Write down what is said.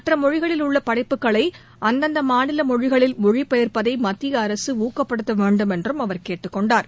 மற்ற மொழிகளில் உள்ள படைப்புகளை அந்தந்த மாநில மொழிகளில் மொழி பெயாப்பதை மத்திய அரசு ஊக்கப்படுத்த வேண்டும் என்றும் அவர் கேட்டுக்கொண்டார்